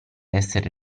essere